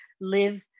live